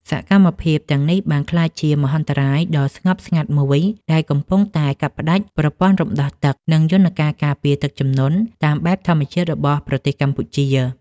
សកម្មភាពទាំងនេះបានក្លាយជាមហន្តរាយដ៏ស្ងប់ស្ងាត់មួយ ដែលកំពុងតែកាត់ផ្ដាច់ប្រព័ន្ធរំដោះទឹក និងយន្តការការពារទឹកជំនន់តាមបែបធម្មជាតិរបស់ប្រទេសកម្ពុជា។